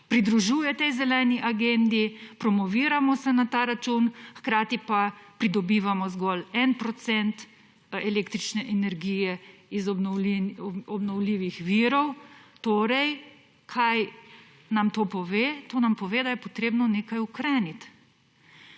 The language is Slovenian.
pridružuje te zeleni agendi, promoviramo se na ta račun, hkrati pa pridobivamo zgolj 1 % električne energije iz obnovljivih virov. Torej, kaj nam to pove? To nam pove, da je potrebno nekaj ukreniti.